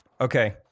Okay